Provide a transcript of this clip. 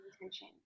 intention